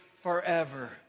forever